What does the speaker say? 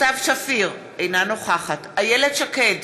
סתיו שפיר, אינה נוכחת איילת שקד,